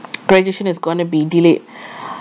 graduation is gonna be delayed